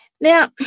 now